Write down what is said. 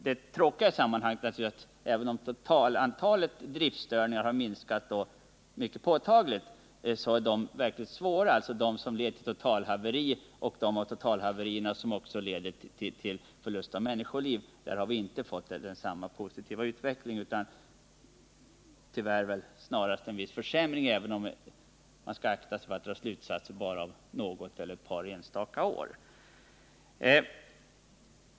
Det tråkiga i sammanhanget är att även om totalantalet driftstörningar har minskat påtagligt, så har vi inte nått samma positiva utveckling när det gäller de verkligt svåra olyckorna som leder till totalhaveri och de av totalhaverierna som också leder till förlust av människoliv. Där har det snarast inträffat en viss försämring, även om man väl skall akta sig för att dra slutsatser av något eller ett par enstaka år.